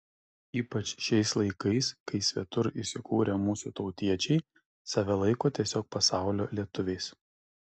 ypač šiais laikais kai svetur įsikūrę mūsų tautiečiai save laiko tiesiog pasaulio lietuviais